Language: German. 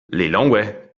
lilongwe